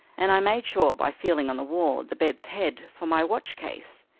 and i made sure by feeling on the wall at the bed's head for my watchcase.